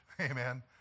amen